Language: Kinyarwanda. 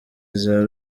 iza